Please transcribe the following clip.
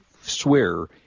swear